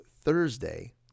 Thursday